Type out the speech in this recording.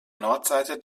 nordseite